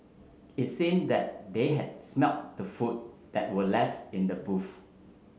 it seemed that they had smelt the food that were left in the